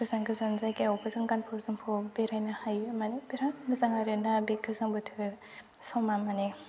गोजान गोजान जायगायावबो जों गानफब जोमफब बेरायनो हायो माने बिराद मोजां आरो ना बे गोजां बोथोर समा माने